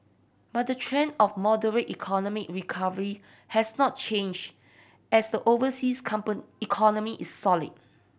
but the trend of moderate economic recovery has not changed as the overseas economy is solid